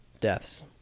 deaths